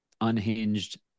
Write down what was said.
unhinged